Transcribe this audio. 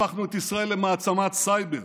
הפכנו את ישראל למעצמת סייבר.